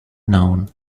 known